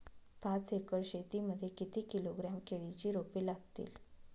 पाच एकर शेती मध्ये किती किलोग्रॅम केळीची रोपे लागतील?